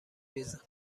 ریزم